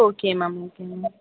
okay ma'am okay ma'am